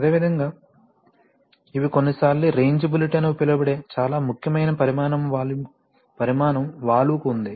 అదేవిధంగా ఇవి కొన్నిసార్లు రేంజిబిలిటీ అని పిలువబడే చాలా ముఖ్యమైన పరిమాణం వాల్వ్కు ఉంది